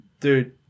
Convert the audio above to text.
Dude